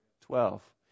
Twelve